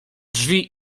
drzwi